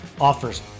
offers